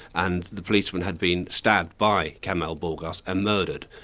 and the policeman had been stabbed by kamel bourgass and murdered.